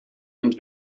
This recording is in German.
und